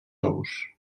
ous